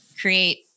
create